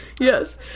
Yes